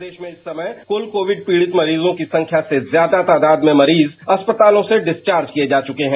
प्रदेश में इस समय कुल कोविड पीड़ित मरीजों की संख्या से ज्यादा तादाद में मरीज अस्पतालों से डिस्चार्ज किए जा चुके हैं